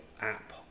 app